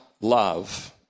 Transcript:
love